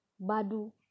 Badu